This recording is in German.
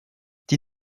die